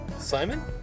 Simon